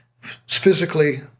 physically